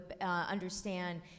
understand